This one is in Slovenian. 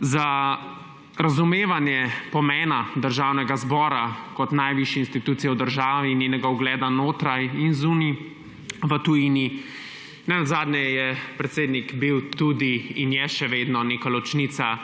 za razumevanje pomena Državnega zbora kot najvišje institucije v državi in njenega ugleda znotraj in zunaj v tujini. Nenazadnje je predsednik bil in je še vedno neka ločnica